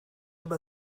aber